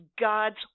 God's